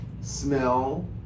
smell